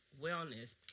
wellness